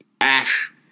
Ash